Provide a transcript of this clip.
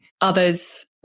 others